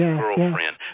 girlfriend